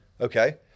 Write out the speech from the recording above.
Okay